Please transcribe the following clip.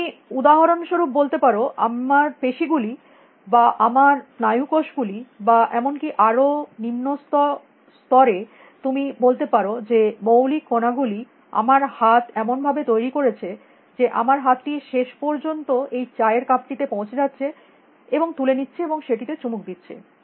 তুমি উদাহরণস্বরূপ বলতে পারো আমার পেশীগুলি বা আমার স্নায়ু কোষ গুলি বা এমনকি আরো নিম্নতর স্তরে তুমি বলতে পারো যে মৌলিক কণা গুলি আমার হাত এমন ভাবে তৈরী করেছে যে আমার হাতটি শেষ পর্যন্ত এই চায়ের কাপটিতে পৌঁছে যাচ্ছে এবং তুলে নিচ্ছে এবং সেটিতে চুমুক দিচ্ছে